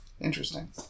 Interesting